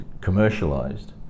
commercialized